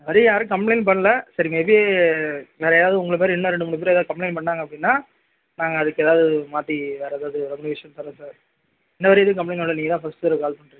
இன்ன வரையும் யாரும் கம்பளைண்ட் பண்ணல சரி மே பி வேறு யாராவது உங்களை மாதிரி இன்னும் ரெண்டு மூணு பேர் எதாவது கம்பளைண்ட் பண்ணாங்க அப்படின்னா நாங்கள் அதற்கு எதாவது மாற்றி வேறு எதாவது ரெவல்யூஷன் தர்றது இன்ன வரையும் எதுவும் கம்பளைண்ட் வரல நீங்க தான் ஃபர்ஸ்ட்டு தடவை கால் பண்ணுறீங்க